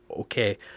okay